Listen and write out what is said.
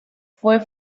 fue